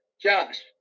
Josh